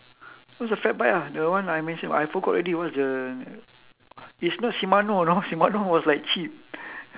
what's the fat bike ah the one I mention [what] I forgot already what's the it's not shimano you know shimano was like cheap